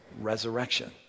resurrection